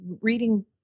reading